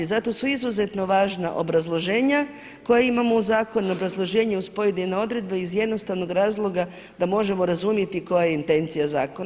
Zato su izuzetno važna obrazloženja koja imamo u zakonu, obrazloženje uz pojedine odredbe iz jednostavnog razloga da možemo razumjeti koja je intencija zakona.